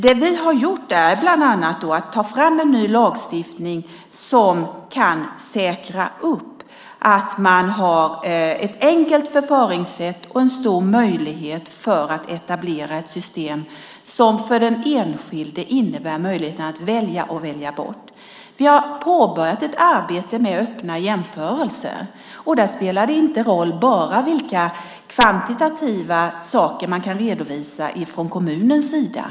Det vi har gjort är bland annat att ta fram en ny lagstiftning som kan säkra att man har ett enkelt förfaringssätt och en stor möjlighet att etablera ett system som för den enskilde innebär möjligheten att välja och välja bort. Vi har påbörjat ett arbete med öppna jämförelser. Där spelar det inte bara roll vilka kvantitativa saker man kan redovisa från kommunens sida.